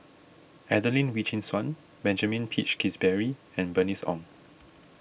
Adelene Wee Chin Suan Benjamin Peach Keasberry and Bernice Ong